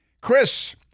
Chris